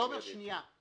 תומר, שנייה.